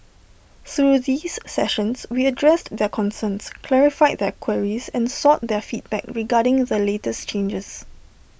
through these sessions we addressed their concerns clarified their queries and sought their feedback regarding the latest changes